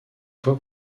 fois